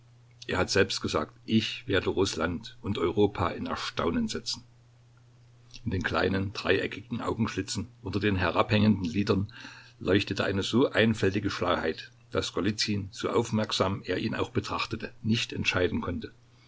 er hat selbst gesagt ich werde rußland und europa in erstaunen setzen in den kleinen dreieckigen augenschlitzen unter den herabhängenden lidern leuchtete eine so einfältige schlauheit daß golizyn so aufmerksam er ihn auch betrachtete nicht entscheiden konnte